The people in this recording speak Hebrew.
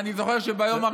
ואני זוכר שביום הראשון,